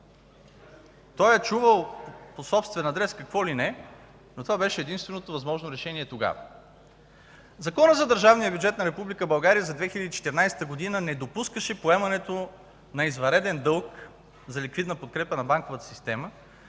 Той е чувал по собствен адрес какво ли не, но това беше единственото възможно решение тогава. Законът за държавния бюджет на Република България за 2014 г. не допускаше поемането на извънреден дълг за ликвидна подкрепа на банковата система,